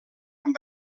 amb